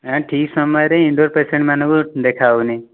ନା ଠିକ ସମୟରେ ଇନଡୋର୍ ପେସେଣ୍ଟମାନଙ୍କୁ ଦେଖା ହେଉନାହିଁ